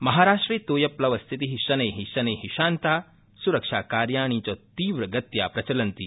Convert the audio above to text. महाराष्ट्रे तयोप्ल स्थिति शनै शन्ता सुरक्षाकार्याणि च तीव्रगत्या प्रचलन्ति